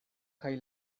kaj